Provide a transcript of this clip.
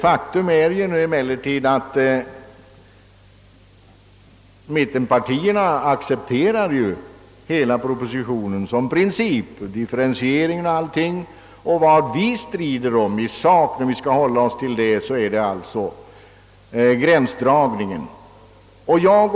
Faktum är att mittenpartierna accepterar propositionens förslag i princip. Vad vi strider om är huruvida gränsen skall sättas vid 100 000 eller 125 000 kronor.